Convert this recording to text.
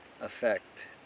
effect